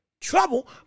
trouble